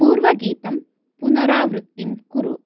पूर्वगीतं पुनरावृत्तिं कुरु